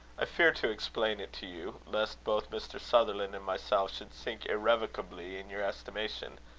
i fear to explain it to you, lest both mr. sutherland and myself should sink irrecoverably in your estimation.